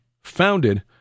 founded